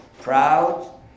proud